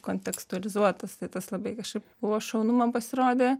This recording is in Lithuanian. kontekstualizuotas tas labai kažkaip buvo šaunu man pasirodė